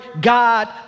God